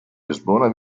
lisbona